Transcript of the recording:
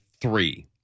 three